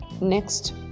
Next